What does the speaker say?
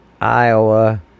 Iowa